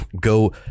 go